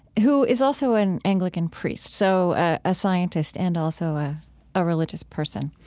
who is also an anglican priest, so a scientist and also a religious person.